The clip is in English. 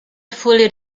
fully